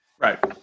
Right